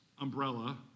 umbrella